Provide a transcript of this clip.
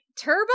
turbo